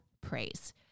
praise